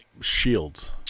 shields